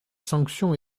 sanctions